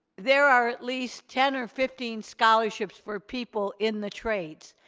there are at least ten or fifteen scholarships for people in the trades.